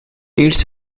eats